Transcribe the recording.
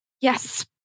Yes